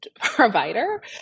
provider